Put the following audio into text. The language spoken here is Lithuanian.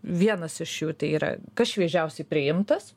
vienas iš jų tai yra kas šviežiausiai priimtas